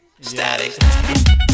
Static